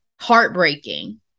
heartbreaking